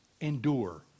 Endure